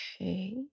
Okay